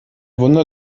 wunder